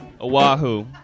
Oahu